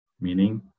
meaning